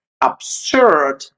absurd